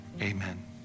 Amen